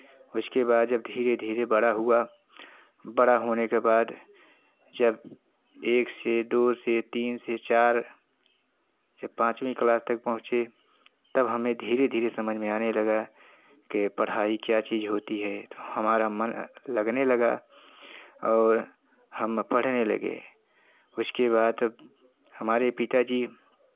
उसके बाद जब धीरे धीरे बड़ा हुआ बड़ा होने के बाद जब एक से दो से तीन से चार जब पांचवीं क्लास तक पहुँचे तब हमें धीरे धीरे समझ में आने लगा के पढ़ाई क्या चीज़ होती है तो हमारा मन लगने लगा और हम पढ़ने लगे उसके बाद हमारे पिताजी